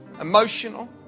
Emotional